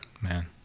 man